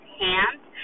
hands